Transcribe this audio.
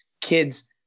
kids